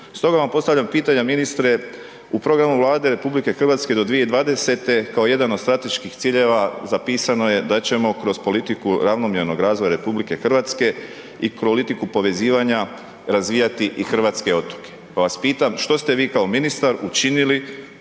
Stoga vam postavljam pitanja, ministre, u programu Vlade RH do 2020. kao jedan od strateških ciljeva zapisano je da ćemo kroz politiku ravnomjernog razvoja RH i politiku povezivanja razvijati i hrvatske otoke. Pa vas pitam, što ste vi kao ministar učinili